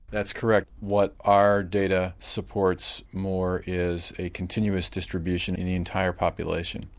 that's correct, what our data supports more is a continuous distribution in the entire population.